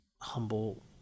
humble